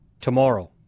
Tomorrow